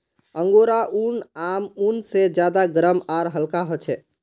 angora ऊन आम ऊन से ज्यादा गर्म आर हल्का ह छे